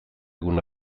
egun